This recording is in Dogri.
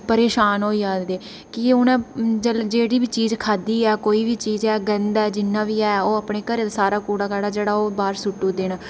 परेशान होई जा'रदे कि उ'नें जेल्लै जेह्ड़ी बी चीज़ खाद्धी ऐ कोई बी चीज़ ऐ गंद ऐ जि'न्ना बी है ओह् अपने घरै दा कूड़ा काड़ा जि'न्ना बी है ओह् बाह्र सु'ट्टी ओड़दे न